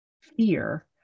fear